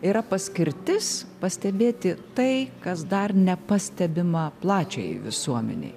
yra paskirtis pastebėti tai kas dar nepastebima plačiajai visuomenei